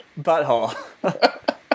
butthole